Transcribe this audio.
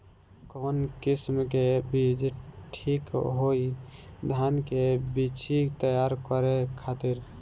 कवन किस्म के बीज ठीक होई धान के बिछी तैयार करे खातिर?